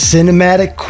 Cinematic